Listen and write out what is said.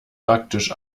praktisch